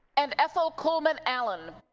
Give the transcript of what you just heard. and ethel kullman allen,